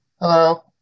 Hello